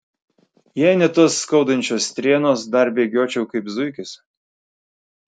jei ne tos skaudančios strėnos dar bėgiočiau kaip zuikis